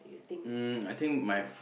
um I think my